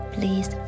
Please